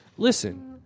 Listen